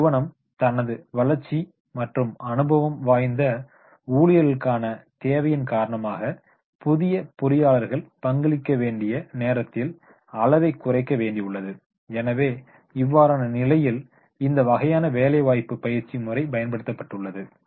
ஒரு நிறுவனம் தனது வளர்ச்சி மற்றும் அனுபவம் வாய்ந்த ஊழியர்களுக்கான தேவையின் காரணமாக புதிய பொறியாளர்கள் பங்களிக்க வேண்டிய நேரத்தின் அளவை குறைக்க வேண்டியுள்ளது எனவே இவ்வாறான நிலையில் இந்த வகையான ஆன் தி ஜாப் ட்ரைனிங் முறை பயன்படுத்தப்பட்டுள்ளது